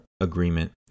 agreement